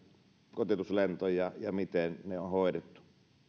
kotiutuslentoja ja sitä miten ne on hoidettu